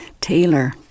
Taylor